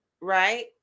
right